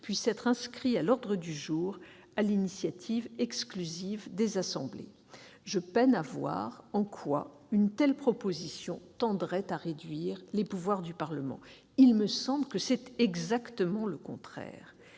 puissent être inscrits à l'ordre du jour, sur l'initiative exclusive des assemblées. Je peine à voir en quoi une telle proposition réduirait les pouvoirs du Parlement. C'est, me semble-t-il, exactement le contraire